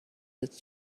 his